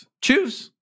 Choose